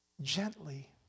gently